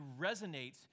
resonates